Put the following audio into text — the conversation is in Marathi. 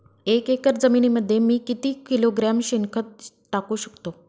एक एकर जमिनीमध्ये मी किती किलोग्रॅम शेणखत टाकू शकतो?